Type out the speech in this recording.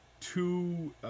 two